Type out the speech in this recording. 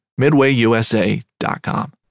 MidwayUSA.com